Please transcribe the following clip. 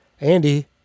Andy